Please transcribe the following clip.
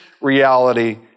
reality